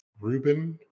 Ruben